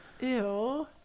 Ew